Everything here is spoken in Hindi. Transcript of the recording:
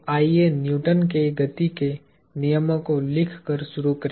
तो आइए न्यूटन के गति के नियमों को लिखकर शुरू करें